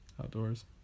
outdoors